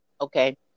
Okay